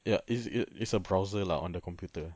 ya is it is a browser lah on the computer